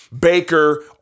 Baker